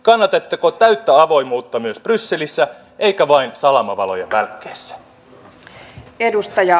kannatatteko täyttä avoimuutta myös brysselissä eikä vain salamavalojen välkkeessä